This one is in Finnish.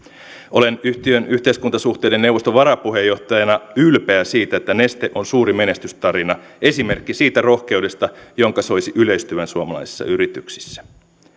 olen yhtiön yhteiskuntasuhteiden neuvoston varapuheenjohtajana ylpeä siitä että neste on suuri menestystarina esimerkki siitä rohkeudesta jonka soisi yleistyvän suomalaisissa yrityksissä